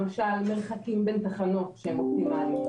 למשל מרחקים בין תחנות שהם אופטימליים,